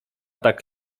tak